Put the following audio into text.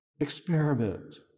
experiment